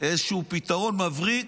איזשהו פתרון מבריק,